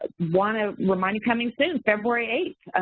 ah wanna remind you coming soon, february eight,